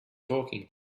talking